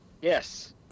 Yes